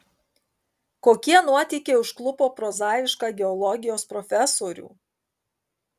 kokie nuotykiai užklupo prozaišką geologijos profesorių